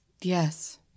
Yes